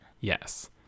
Yes